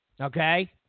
Okay